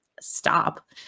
stop